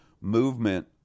movement